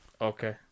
Okay